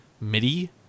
MIDI